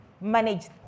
manage